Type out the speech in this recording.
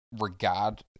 regard